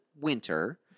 winter